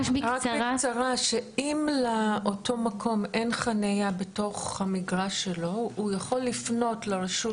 אם לאותו מקום אין חניה בתוך המגרש שלו הוא צריך לפנות לרשות